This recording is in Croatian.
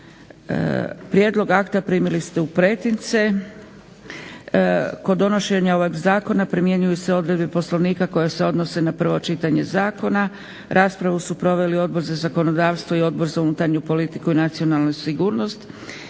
Prijedlog akta primili ste u pretince. Kod donošenja ovoga Zakona primjenjuju se odredbe Poslovnika koje se odnose na prvo čitanje zakona. Raspravu su proveli Odbor za zakonodavstvo i Odbor za unutarnju politiku i nacionalnu sigurnost.